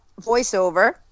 voiceover